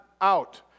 out